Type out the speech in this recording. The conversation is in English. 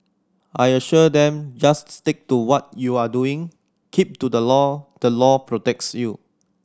I assured them just stick to what you are doing keep to the law the law protects you